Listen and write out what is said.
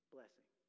Blessing